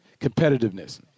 competitiveness